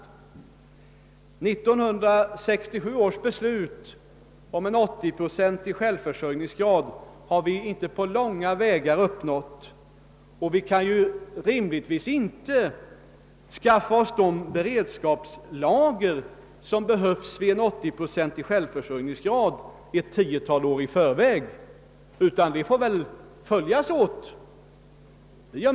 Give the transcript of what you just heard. Vi har inte på långt när genomfört 1967 års beslut om en 80-procentig självförsörjningsgrad, och vi skall rimligtvis inte lägga upp de beredskapslager som behövs vid en sådan självförsörjningsgrad ett tiotal år i förväg. Beredskapslagren skall väl i stället följa självförsörjningsgradens utveckling.